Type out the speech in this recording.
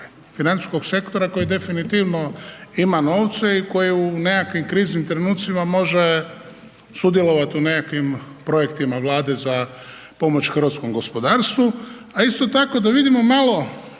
Financijskog sektora koji definitivno ima novce i koji u nekakvim kriznim trenutcima može sudjelovati u nekakvim projektima Vlade za pomoć hrvatskom gospodarstvu, a isto tako da vidimo malo